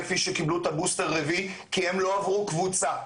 שקיבלו את הבוסטר הרביעי כי הם לא עברו קבוצה,